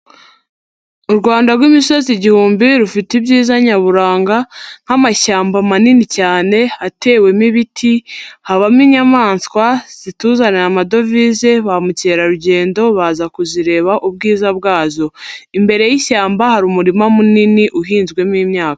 U Rwanda rw'imisozi igihumbi, rufite ibyiza nyaburanga nk'amashyamba manini cyane, atewemo ibiti, habamo inyamaswa zituzanira amadovize, ba mukerarugendo baza kuzireba ubwiza bwazo, imbere y'ishyamba hari umurima munini uhinzwemo imyaka.